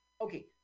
Okay